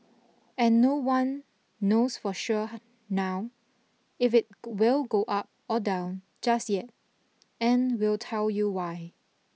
and no one knows for sure now if it will go up or down just yet and we'll tell you why